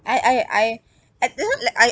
I I I at j~ n~ like I